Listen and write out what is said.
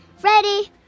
Ready